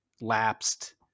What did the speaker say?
lapsed